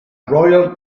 royal